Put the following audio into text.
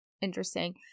interesting